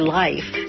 life